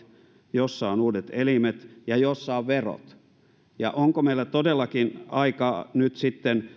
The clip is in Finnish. jossa on uudet elimet ja jossa on verot ja onko meillä todellakin aikaa sitten